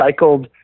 recycled